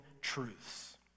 truths